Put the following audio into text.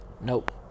nope